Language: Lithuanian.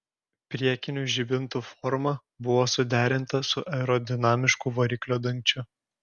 priekinių žibintų forma buvo suderinta su aerodinamišku variklio dangčiu